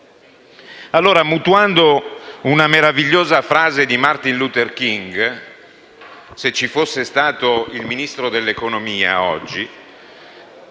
allora una meravigliosa frase di Martin Luther King, se ci fosse stato il Ministro dell'economia oggi